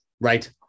Right